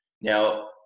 now